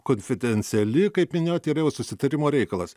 konfidenciali kaip minėjot yra jau susitarimo reikalas